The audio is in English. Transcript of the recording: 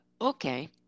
okay